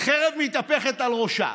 חרב מתהפכת על ראשה.